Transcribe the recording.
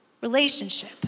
relationship